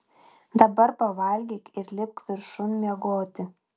dabar pavalgyk ir lipk viršun miegoti